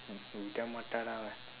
விடமாட்டாடா அவ:vidamaatdaadaa ava